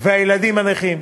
של הילדים הנכים,